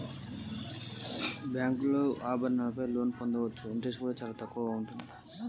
మీ bank లో బంగారు ఆభరణాల పై లోన్ పొందచ్చా?